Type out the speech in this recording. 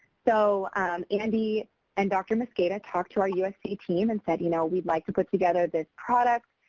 so andy and dr. mosqueda talked to our usc team and said you know we'd like to put together this product.